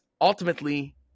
ultimately